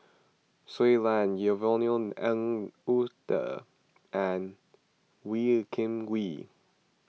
Shui Lan Yvonne Ng Uhde and Wee Kim Wee